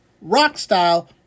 rock-style